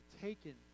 taken